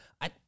I-